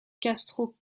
castro